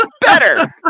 Better